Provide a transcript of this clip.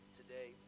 today